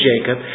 Jacob